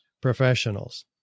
professionals